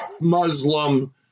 Muslim